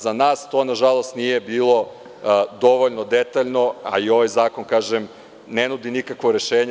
Za nas to, nažalost, nije bilo dovoljno detaljno, a i ovaj zakon ne nudi nikakvo rešenje.